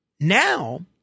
Now